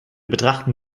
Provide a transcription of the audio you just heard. betrachten